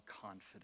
confidence